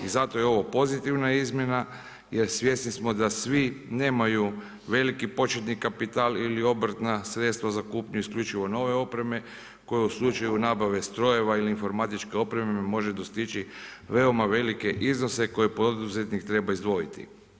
I zato je ovo pozitivna izmjena jer svjesni smo da svi nemaju veliki početni kapital ili obrtna sredstva za kupnju isključivo nove opreme koja u slučaju nabave strojeva ili informatičke opreme može dostići veoma velike iznose koje poduzetnik treba izdvojiti.